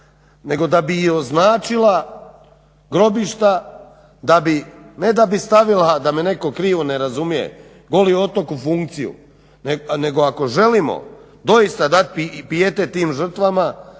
nego da bi i označila grobišta, ne da bi stavila, da me netko krivo ne razumije, Goli otok u funkciju nego ako želimo doista pijetet tim žrtvama